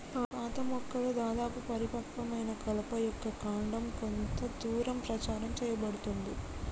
పాత మొక్కల దాదాపు పరిపక్వమైన కలప యొక్క కాండం కొంత దూరం ప్రచారం సేయబడుతుంది